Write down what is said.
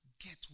get